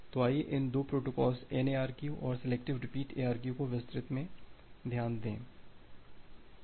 तो आइये इन दो प्रोटोकॉल्स N ARQ और सेलेक्टिव रिपीट ARQ को विस्तृत में ध्यान दें